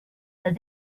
that